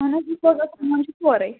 اَہن حظ ڈِسپوزل سامان چھُ سورُے